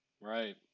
right